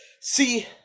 See